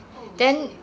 oh shit